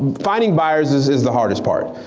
finding buyers is is the hardest part.